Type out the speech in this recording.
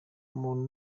umuntu